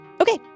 Okay